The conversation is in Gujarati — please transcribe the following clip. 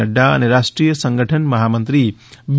નફા અને રાષ્ટ્રીય સંગઠન મહામંત્રી બી